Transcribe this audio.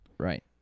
Right